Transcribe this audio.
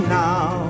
now